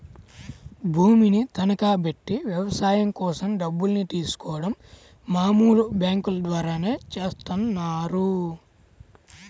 భూమిని తనఖాబెట్టి వ్యవసాయం కోసం డబ్బుల్ని తీసుకోడం మామూలు బ్యేంకుల ద్వారానే చేత్తన్నారు